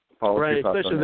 Right